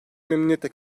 memnuniyetle